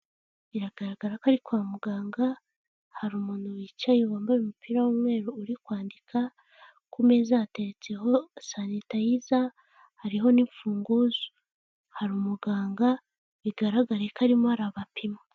Biragaragara ko ari kwa muganga, hari umuntu wicaye wambaye umupira w'umweru uri kwandika, ku meza hateretseho sanitayiza, hariho n'imfunguzo, hari umuganga bigaragare ko arimo arabapima.